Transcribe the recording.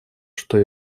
что